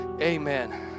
Amen